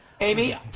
Amy